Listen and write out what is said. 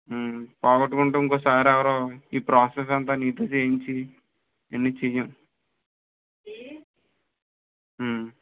పోగొట్టుకుంటే ఇంకోసారెవరూ ఈ ప్రాసెస్ అంతా నీతో చెయ్యించి ఇన్ని చెయ్యం